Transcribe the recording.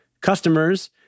customers